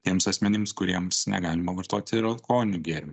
tiems asmenims kuriems negalima vartoti ir alkoholinių gėrimų